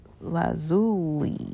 Lazuli